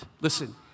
Listen